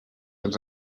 els